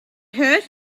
hurt